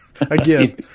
Again